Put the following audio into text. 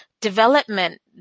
development